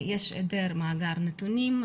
יש היעדר מאגר נתונים,